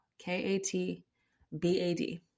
K-A-T-B-A-D